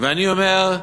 ואני אומר: